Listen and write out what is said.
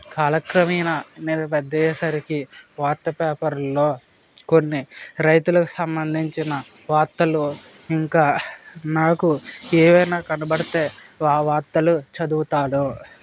కాలక్రమేణ నేను పెద్దయ్యేసరికి వార్త పేపర్ లో కొన్ని రైతులకు సంబంధించిన వార్తలు ఇంకా నాకు ఏవైనా కనబడితే ఆ వార్తలు చదువుతాను